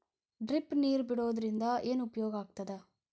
Drip ನೇರ್ ಬಿಡುವುದರಿಂದ ಏನು ಉಪಯೋಗ ಆಗ್ತದ?